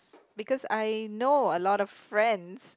because I know a lot of friends